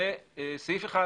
זה סעיף אחד